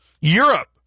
Europe